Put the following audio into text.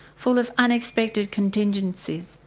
full of unexpected contingencies,